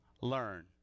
learn